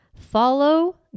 follow